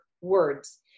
words